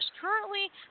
Currently